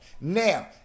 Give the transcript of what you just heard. Now